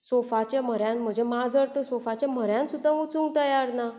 सोफाच्या म्हऱ्यान म्हजें माजर तें सोफाच्या म्हऱ्यान सुद्दां वचूंक तयार ना